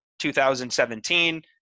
2017